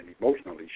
emotionally